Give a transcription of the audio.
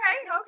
okay